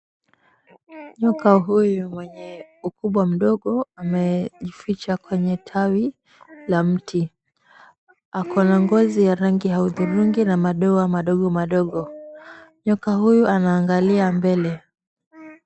Nyoka huyu mwenye ukubwa mdogo amejificha kwenye tawi la mti. Ako na ngozi ya rangi ya hudhurungi na madoa madogo madogo. Nyoka huyu anaangalia mbele.